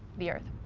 the earth.